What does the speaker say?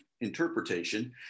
interpretation